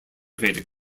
vedic